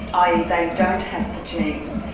ah ie they don't have the gene.